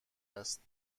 است